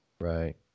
Right